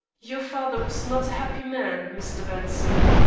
your father was not a happy man, mr. benson.